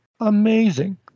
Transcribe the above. amazing